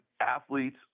Athletes